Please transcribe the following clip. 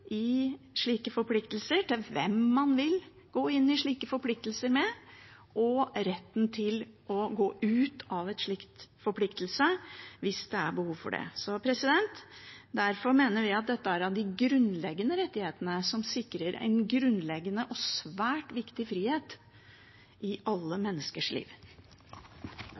i slike forpliktelser, til hvem man vil gå inn i slike forpliktelser med, og til å gå ut av en slik forpliktelse hvis det er behov for det. Derfor mener vi at dette er av de grunnleggende rettighetene som sikrer en grunnleggende og svært viktig frihet i alle menneskers liv.